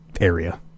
Area